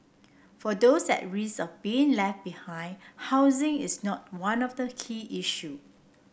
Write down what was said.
for those at risk of being left behind housing is not one of the key issue